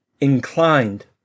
inclined